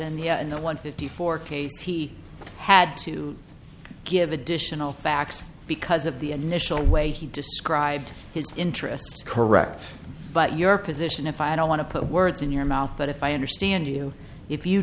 end that one fifty four case he had to give additional facts because of the initial way he described his interests correct but your position if i don't want to put words in your mouth but if i understand you if you